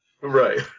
Right